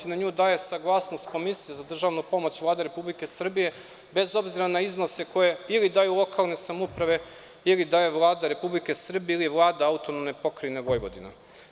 Na nju daje saglasnost Komisija za državnu pomoć Vlade Republike Srbije, bez obzira na iznose koje ili daju lokalne samouprave, ili daje Vlada Republike Srbije, ili Vlada AP Vojvodine.